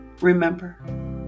remember